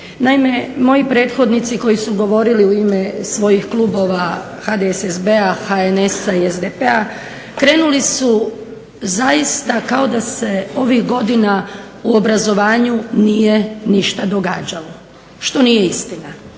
Naime moji prethodnici koji su govorili u ime svojih klubova HDSSB-a, HNS-a i SDP-a krenuli su zaista kao da se ovih godina u obrazovanju nije ništa događalo. Što nije istina.